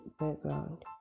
background